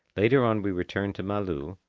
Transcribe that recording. later on we returned to malu,